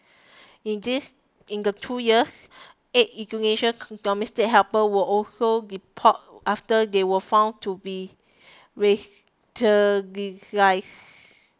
in this in the two years eight Indonesian domestic helpers were also deported after they were found to be